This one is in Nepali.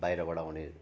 बाहिरबाट आउने